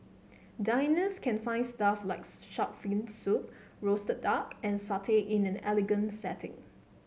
diners can find stuff like shark fin soup roasted duck and satay in an elegant setting